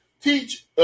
teach